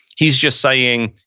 he's just saying,